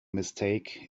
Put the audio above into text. mistake